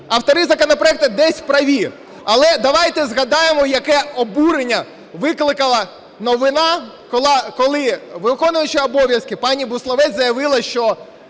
автори законопроекту десь праві. Але давайте згадаємо, яке обурення викликала новина, коли виконуюча обов'язки пані Буславець заявила, що